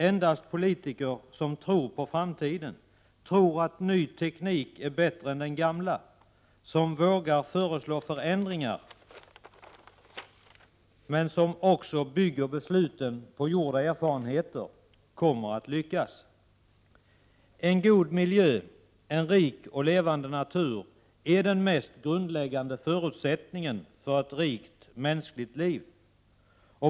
Endast politiker som tror på framtiden, som tror att ny teknik är bättre än den gamla, som vågar föreslå förändringar men som också bygger besluten på gjorda erfarenheter, kommer att lyckas. En god miljö, en rik och levande natur är den mest grundläggande förutsättningen för ett rikt mänskligt liv.